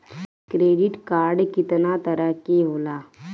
Credit card कितना तरह के होला?